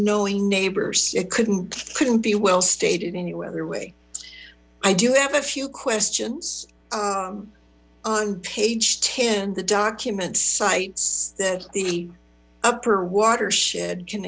knowing neighbors it couldn't couldn't be well stated any other way i do have a few questions on page ten the documents cites that the upper watershed can